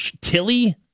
Tilly